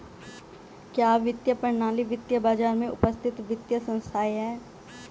क्या वित्तीय प्रणाली वित्तीय बाजार में उपस्थित वित्तीय संस्थाएं है?